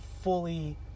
fully